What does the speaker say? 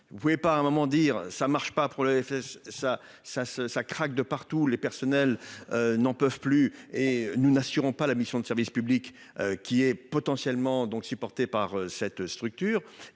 vous ne pouvez pas, à un moment dire ça marche pas pour le FN, ça, ça se ça craque de partout, les personnels n'en peuvent plus et nous n'assurons pas la mission de service public qui est potentiellement donc supporté par cette structure et